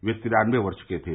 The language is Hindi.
वह तिरान्नबे वर्ष के थे